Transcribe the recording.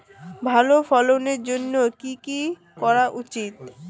ভালো ফলনের জন্য কি কি করা উচিৎ?